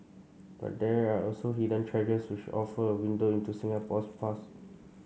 but there are also hidden treasures which offer a window into Singapore's past